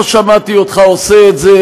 לא שמעתי אותך עושה את זה.